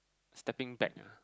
stepping back